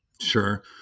Sure